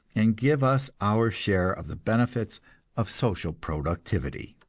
and give us our share of the benefits of social productivity.